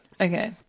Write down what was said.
Okay